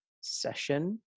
session